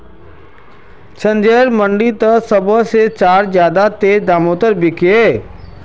संजयर मंडी त सब से चार ज्यादा तेज़ दामोंत बिकल्ये